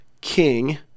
king